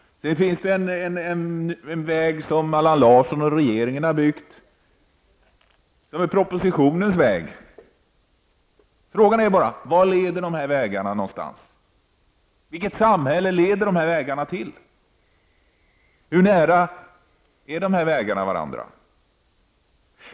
Det finns ytterligare en väg som regeringen och Allan Larsson har byggt, propositionens väg. Man frågar sig: Vart leder dessa vägar? Vilket samhälle leder de till? Hur nära varandra går dessa vägar?